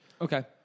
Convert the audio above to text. Okay